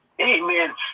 Amen